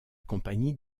compagnie